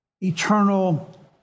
eternal